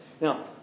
Now